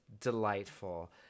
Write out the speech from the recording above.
delightful